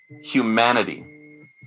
humanity